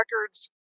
records